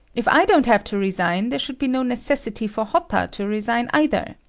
if i don't have to resign, there should be no necessity for hotta to resign either.